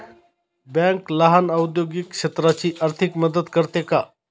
Bank लहान औद्योगिक क्षेत्राची आर्थिक मदत करते का?